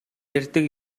ярьдаг